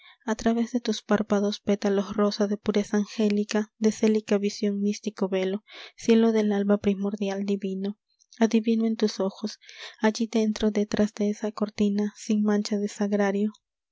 a través de tus párpados pétalos rosa de pureza angélica de célica visión místico velo cielo del alba primordial divino fe adivino en tus ojos alli dentro detrás de esa cortina sin mancha de sagrario